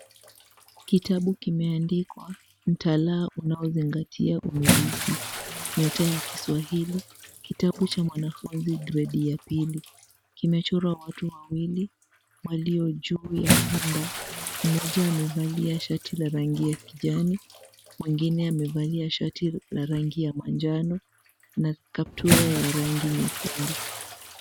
Kitabu kimeandikwa, Mtaalaa Unaozingatia Umilisi, Nyota ya Kiswahili, Kitabu cha Mwanafunzi Gredi ya Pili. Kimechorwa watu wawili walio juu ya punda. Mmoja amevalia shati la rangi ya kijani, mwingine amevalia shati na rangi ya manjano na kaptula ya rangi nyekundu.